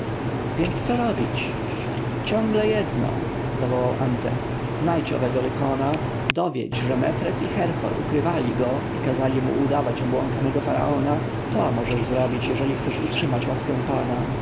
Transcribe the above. więc co robić cięgle jedno zawołał antef znajdź owego lykona dowiedź że mefres i herhor ukrywali go i kazali mu udawać obłąkanego faraona to możesz zrobić jeżeli chcesz utrzymać łaskę pana